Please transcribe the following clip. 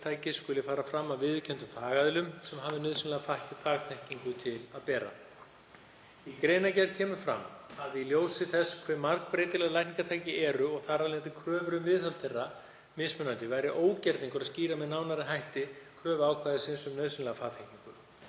skuli framkvæmt af viðurkenndum fagaðilum sem hafa nauðsynlega fagþekkingu til að bera. Í greinargerð frumvarpsins kemur fram að í ljósi þess hve margbreytileg lækningatæki eru og þar af leiðandi kröfur um viðhald þeirra mismunandi væri ógerningur að skýra með nánari hætti kröfu ákvæðisins um nauðsynlega fagþekkingu.